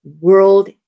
World